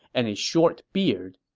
and a short beard.